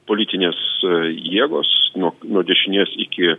politinės jėgos nuo nuo dešinės iki